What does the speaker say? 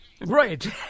Right